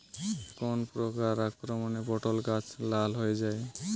কোন প্রকার আক্রমণে পটল গাছ লাল হয়ে যায়?